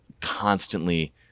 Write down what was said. constantly